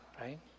right